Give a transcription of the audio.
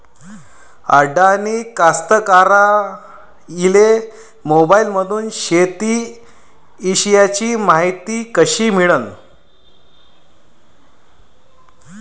अडानी कास्तकाराइले मोबाईलमंदून शेती इषयीची मायती कशी मिळन?